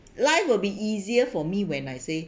life will be easier for me when I save